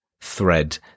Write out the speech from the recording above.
thread